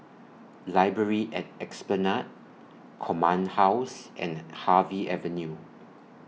Library At Esplanade Command House and Harvey Avenue